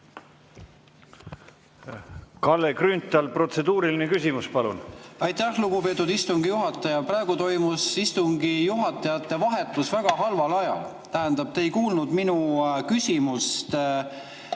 Kalle Grünthal, protseduuriline küsimus, palun! Aitäh! Lugupeetud istungi juhataja, praegu toimus istungi juhatajate vahetus väga halval ajal. Tähendab, te ei kuulnud minu küsimust